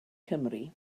cymru